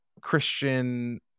Christian